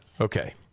Okay